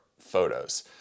photos